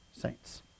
saints